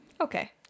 Okay